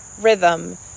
rhythm